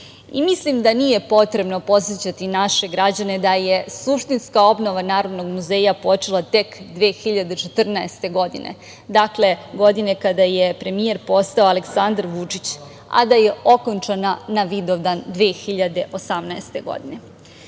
Srbiji. Mislim da nije potrebno podsećati naše građane da je suštinska obnova narodnog muzeja počela tek 2014. godine, dakle, godine kada je premijer postao Aleksandar Vučić, a da je okončana na Vidovdan 2018. godine.S